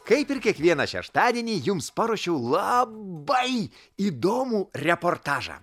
kaip ir kiekvieną šeštadienį jums paruošiau labai įdomų reportažą